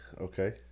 Okay